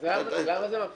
אז למה מפריע שתהיה סנקציה?